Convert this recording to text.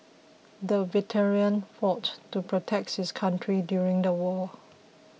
the veteran fought to protects his country during the war